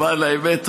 למען האמת,